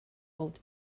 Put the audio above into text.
old